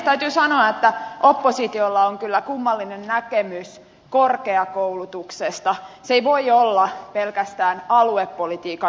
täytyy sanoa että oppositiolla on kyllä kummallinen näkemys korkeakoulutuksesta se ei voi olla pelkästään aluepolitiikan väline